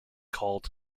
called